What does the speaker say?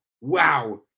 Wow